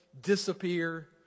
disappear